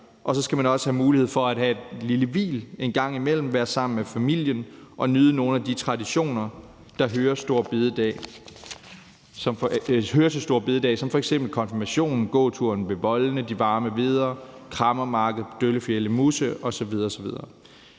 og så skal man også mulighed for at have et lille hvil en gang imellem, være sammen med familien og nyde nogle af de traditioner, der hører til store bededag som f.eks. konfirmation, gåturen ved voldene, de varme hveder, kræmmermarkedet i Døllefjelde-Musse osv. osv.